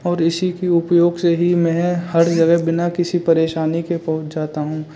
और इसी की उपयोग से ही मैं हर जगह बिना किसी परेशानी के पहुँच जाता हूँ